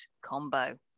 combo